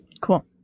Cool